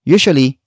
Usually